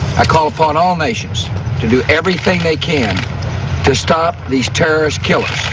i call upon all nations to do everything they can to stop these terrorist killers.